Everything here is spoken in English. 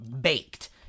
baked